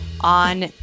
on